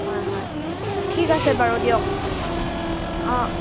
হয় হয় ঠিক আছে বাৰু দিয়ক অ